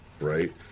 right